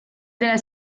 della